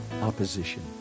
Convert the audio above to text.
opposition